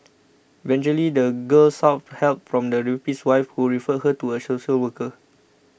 eventually the girl sought help from the rapist's wife who referred her to a social worker